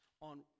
on